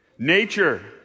nature